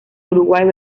uruguay